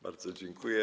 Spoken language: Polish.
Bardzo dziękuję.